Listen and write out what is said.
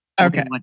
Okay